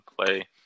play